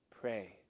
pray